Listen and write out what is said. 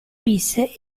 ulisse